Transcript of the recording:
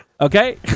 Okay